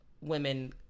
women –